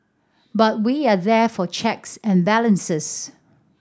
but we are there for checks and balances